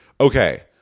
okay